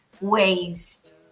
waste